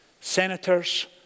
senators